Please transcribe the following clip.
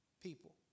people